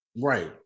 Right